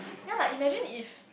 ya lah imagine if